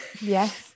yes